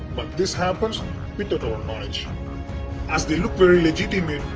but this happens without our knowledge as they look very legitimate.